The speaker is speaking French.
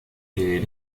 est